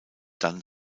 dann